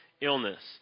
illness